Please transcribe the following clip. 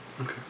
Okay